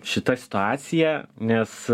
šita situacija nes